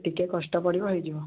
ଟିକେ କଷ୍ଟ ପଡ଼ିବ ହେଇଯିବ